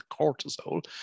cortisol